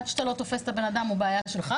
אז עד שאתה לא תופס את הבן אדם הוא בעיה שלך.